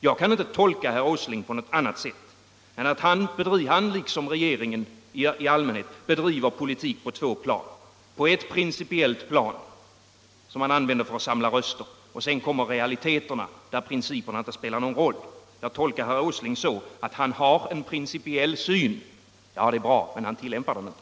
Jag kan inte tolka herr Åsling på annat sätt än att han, liksom regeringen i allmänhet, bedriver politik på två plan: på ett principiellt som han använder för att samla röster, varefter realiteterna kommer där principerna inte spelar någon roll. Jag tolkar herr Åsling så, att han har en principiell syn, och det är bra, men han tillämpar den inte.